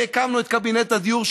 והקמנו את קבינט הדיור,